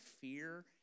fear